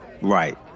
Right